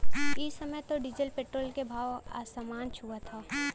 इ समय त डीजल पेट्रोल के भाव आसमान छुअत हौ